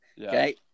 okay